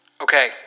Okay